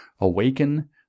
awaken